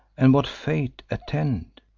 and what fate attend?